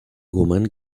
woman